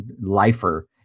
lifer